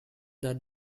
that